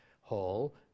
hall